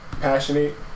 Passionate